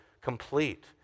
complete